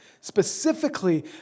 specifically